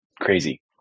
crazy